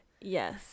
Yes